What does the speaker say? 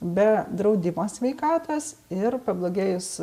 be draudimo sveikatos ir pablogėjus